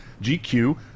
GQ